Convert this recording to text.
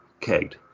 kegged